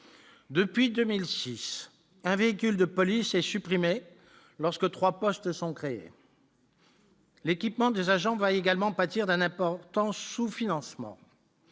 depuis 2006 un véhicule de police est supprimé lorsque 3 postes sont créés. L'équipement des agents va également pâtir d'un important sous-financement